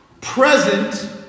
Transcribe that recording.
present